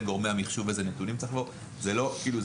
כמה ימים אולי מצידכם לתהליך.